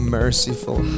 merciful